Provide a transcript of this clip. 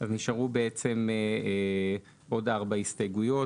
נשארו עוד ארבע הסתייגויות.